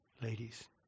ladies